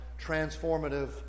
transformative